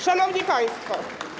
Szanowni Państwo!